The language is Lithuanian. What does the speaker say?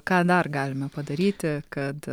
ką dar galime padaryti kad